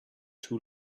too